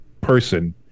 person